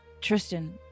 Tristan